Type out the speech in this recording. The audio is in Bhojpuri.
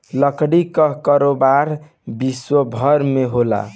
लकड़ी कअ कारोबार विश्वभर में होला